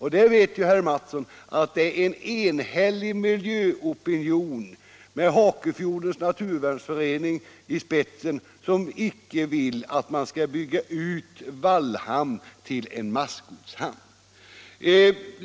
Herr Mattsson vet ju att en enhällig miljöopinion med Hakefjordens naturvärnsförening i spetsen icke vill att man skall bygga ut Wallhamn till en massgodshamn.